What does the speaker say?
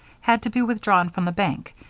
had to be withdrawn from the bank,